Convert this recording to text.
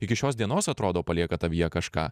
iki šios dienos atrodo palieka tavyje kažką